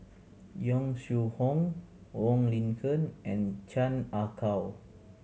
Yong Shu Hoong Wong Lin Ken and Chan Ah Kow